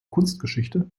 kunstgeschichte